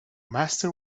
master